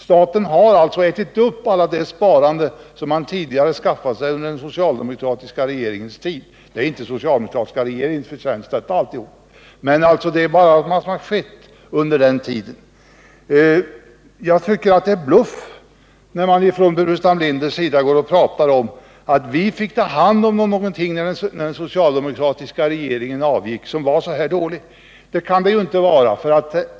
Staten har alltså ätit upp hela det sparande som man tidigare skaffade sig under den socialdemokratiska regeringens tid. Allt detta sparande är inte bara den socialdemokratiska regeringens förtjänst, men det är alltså vad som har skett under den tiden. Jag tycker att det är bluff när herr Burenstam Linder talar om att man, när den socialdemokratiska regeringen avgick, fick ta hand om någonting som var så dåligt. Men det kan det ju inte ha varit.